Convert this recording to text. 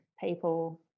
people